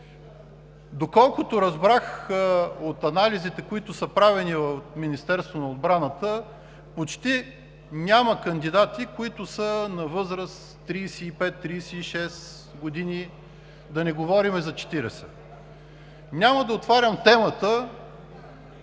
Доколкото разбрах от анализите, които са правени в Министерството на отбраната, почти няма кандидати, които да са на възраст 35 – 36 години, а да не говорим за 40. Няма да отварям темата